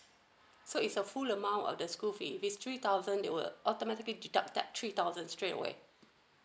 so it's a full amount of the school fees this three thousand they were automatically deduct that three thousand straight away